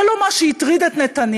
זה לא מה שהטריד את נתניהו.